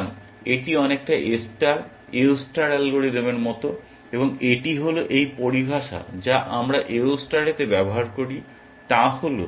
সুতরাং এটি অনেকটা A স্টার AO স্টার অ্যালগরিদমের মতো এবং এটি হল এই পরিভাষা যা আমরা AO স্টারেতে ব্যবহার করি তা হল